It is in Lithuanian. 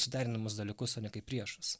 suderinamus dalykus o ne kaip priešas